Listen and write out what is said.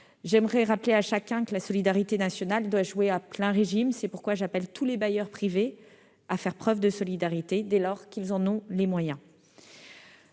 J'aimerais rappeler à chacun que la solidarité nationale doit jouer à plein régime. C'est pourquoi j'appelle tous les bailleurs privés à faire preuve de solidarité, dès lors qu'ils en ont les moyens.